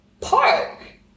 park